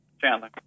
Chandler